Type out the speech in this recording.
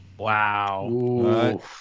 Wow